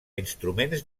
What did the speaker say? instruments